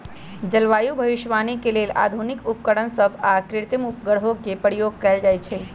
जलवायु भविष्यवाणी के लेल आधुनिक उपकरण सभ आऽ कृत्रिम उपग्रहों के प्रयोग कएल जाइ छइ